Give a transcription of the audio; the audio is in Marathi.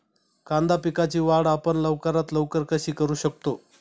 कांदा पिकाची वाढ आपण लवकरात लवकर कशी करू शकतो?